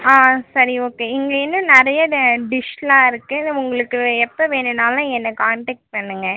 ஆ சரி ஓகே இங்கே இன்னும் நிறைய ட டிஷ்லாம் இருக்குது உங்களுக்கு எப்போ வேணும்னாலும் என்னை கான்டெக்ட் பண்ணுங்கள்